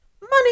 money